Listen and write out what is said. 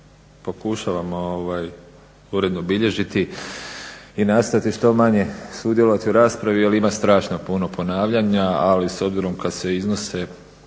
pokušavam uredno bilježiti i nastojati što manje sudjelovati u raspravi jer ima strašno puno ponavljanja ali s obzirom kad se iznose